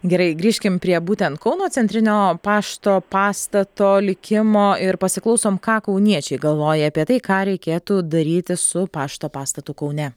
gerai grįžkim prie būtent kauno centrinio pašto pastato likimo ir pasiklausom ką kauniečiai galvoja apie tai ką reikėtų daryti su pašto pastatu kaune